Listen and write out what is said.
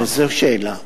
וזו שאלה.